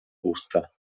usta